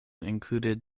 included